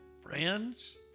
Friends